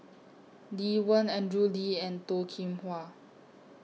Lee Wen Andrew Lee and Toh Kim Hwa